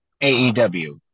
AEW